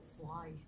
fly